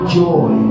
joy